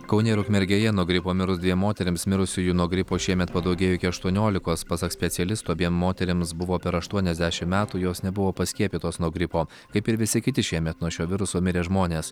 kaune ir ukmergėje nuo gripo mirus dviem moterims mirusiųjų nuo gripo šiemet padaugėjo iki aštuoniolikos pasak specialistų abiem moterims buvo per aštuoniasdešim metų jos nebuvo paskiepytos nuo gripo kaip ir visi kiti šiemet nuo šio viruso mirę žmonės